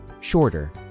shorter